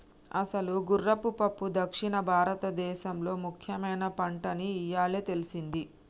అసలు గుర్రపు పప్పు దక్షిణ భారతదేసంలో ముఖ్యమైన పంటని ఇయ్యాలే తెల్సింది